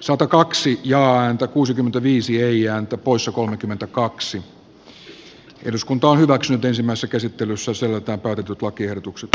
sota kaksi ja häntä kuusikymmentäviisi ei voittaa on hyväksynyt ensimmäistä käsittelyssä selkä otetut lakiehdotukset